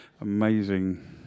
amazing